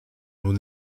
nous